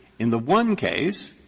in the one case,